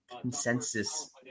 consensus